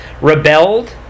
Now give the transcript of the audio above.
rebelled